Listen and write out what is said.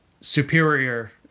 superior